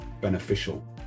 beneficial